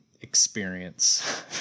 experience